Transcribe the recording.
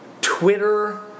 Twitter